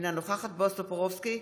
אינה נוכחת בועז טופורובסקי,